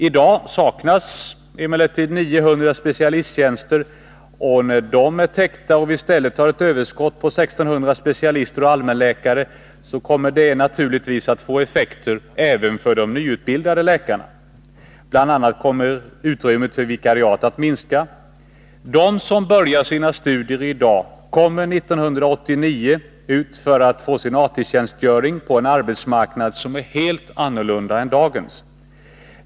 I dag saknas ungefär 900 specialisttjänster, och när dessa är täckta och vi i stället har ett överskott på 1600 specialister och allmänläkare, kommer detta naturligtvis att få effekter även för de nyutbildade läkarna. Bl. a. kommer utrymmet för vikariat att minska. De som börjar sina studier i dag kommer 1989 ut till AT-tjänstgöring på en arbetsmarknad, som är helt annorlunda än dagens.